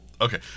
Okay